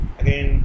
again